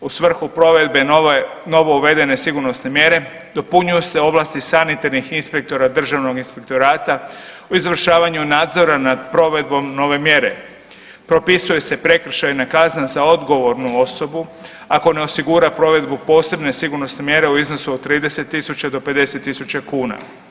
U svrhu provedbe novo uvedene sigurnosne mjere dopunjuju se ovlasti sanitarnih inspektora državnog inspektorata u izvršavanju nadzora nad provedbom nove mjere, propisuju se prekršajne kazne za odgovornu osobu ako ne osigura provedbu posebne sigurnosne mjere u iznosu od 30 tisuća do 50 tisuća kuna.